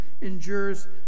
endures